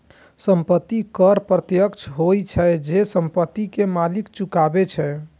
संपत्ति कर प्रत्यक्ष कर होइ छै, जे संपत्ति के मालिक चुकाबै छै